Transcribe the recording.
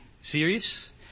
serious